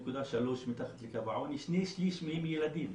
53.3% הם מתחת לקו העוני, שני שליש מהם ילדים.